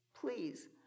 please